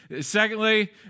Secondly